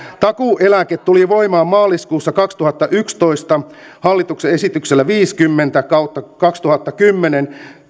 takuueläke tuli voimaan maaliskuussa kaksituhattayksitoista hallituksen esityksellä viisikymmentä kautta kaksituhattakymmenen